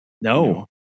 no